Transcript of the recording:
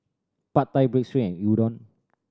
Pad Thai Breads and Udon